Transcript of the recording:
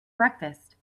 breakfast